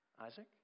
Isaac